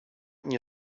nie